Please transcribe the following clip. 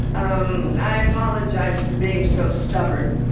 um i apologize for being so stubborn